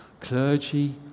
clergy